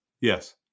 Yes